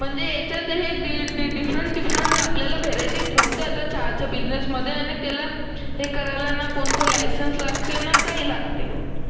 म्हणजे याच्यात हे डी डी डिफरंट डिफरंट जर आपल्याला व्हेरायटी ठेवता येतात चहाच्या बिजनेसमध्ये आणि त्याला हे करायला ना कोणतं लायसन्स लागते ना काही लागते